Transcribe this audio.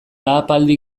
ahapaldi